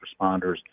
responders